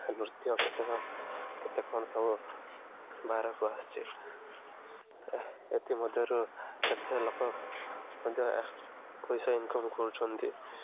ନୃତ୍ୟ କେତେକ କେତେ କ'ଣ ସବୁ ବାହାରକୁ ଆସିଛି ଏଥିମଧ୍ୟରୁ କେତେ ଲୋକ ମଧ୍ୟ ପଇସା ଇନକମ୍ କରୁଛନ୍ତି